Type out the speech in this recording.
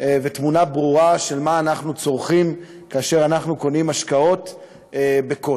ותמונה ברורה של מה שאנחנו צורכים כאשר אנחנו קונים משקאות בכוס.